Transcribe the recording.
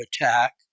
attack